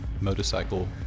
motorcycle